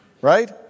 right